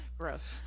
gross